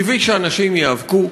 טבעי שאנשים ייאבקו,